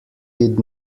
did